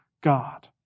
God